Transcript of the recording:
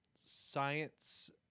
science